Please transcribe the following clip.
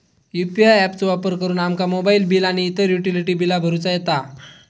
UPI app चो वापर करुन आमका मोबाईल बिल आणि इतर युटिलिटी बिला भरुचा येता